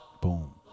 boom